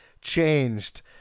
changed